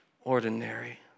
ordinary